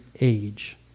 age